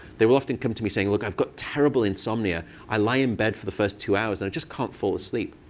they will often come to me saying, look, i've got terrible insomnia. i lie in bed for the first two hours, and i just can't fall asleep.